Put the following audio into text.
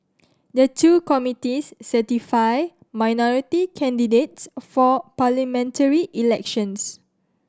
the two committees certify minority candidates for parliamentary elections